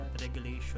regulation